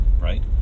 right